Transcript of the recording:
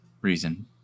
reason